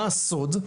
מה הסוד?